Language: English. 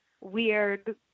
weird